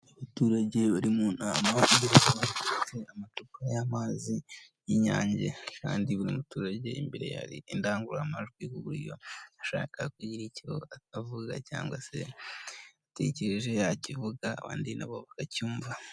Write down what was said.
Abaturage bari mu nama kugiye bafite amacupa y'amazi y'inyange kandi buri muturage imbereye hari indangururamajwi k'uburyo ushaka kugira icyo avuga cyangwa se icyo atekereje akivuga abandi nabo bakacyumva.